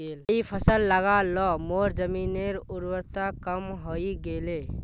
कई फसल लगा ल मोर जमीनेर उर्वरता कम हई गेले